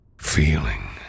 feeling